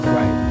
Right